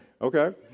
Okay